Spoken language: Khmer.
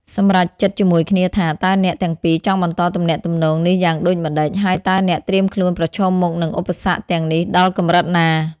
សម្រេចចិត្តជាមួយគ្នាថា តើអ្នកទាំងពីរចង់បន្តទំនាក់ទំនងនេះយ៉ាងដូចម្តេច ហើយតើអ្នកត្រៀមខ្លួនប្រឈមមុខនឹងឧបសគ្គទាំងនេះដល់កម្រិតណា។